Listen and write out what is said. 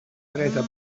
dreta